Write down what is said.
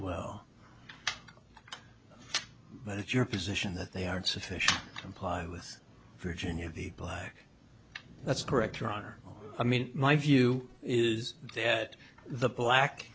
well but it's your position that they are insufficient comply with virginia the black that's correct your honor i mean my view is that the black